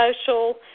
social